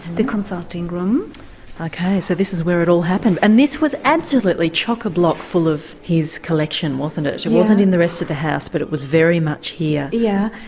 the consulting room so this is where it all happened and this was absolutely chock a-block full of his collection wasn't it, it and wasn't in the rest of the house but it was very much here. yeah